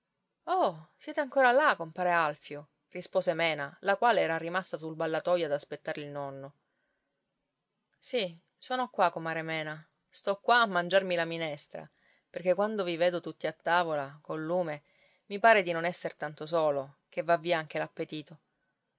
oh siete ancora là compare alfio rispose mena la quale era rimasta sul ballatoio ad aspettare il nonno sì sono qua comare mena sto qua a mangiarmi la minestra perché quando vi vedo tutti a tavola col lume mi pare di non esser tanto solo che va via anche